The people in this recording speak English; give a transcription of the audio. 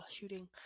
shooting